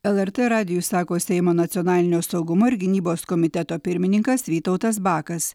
lrt radijui sako seimo nacionalinio saugumo ir gynybos komiteto pirmininkas vytautas bakas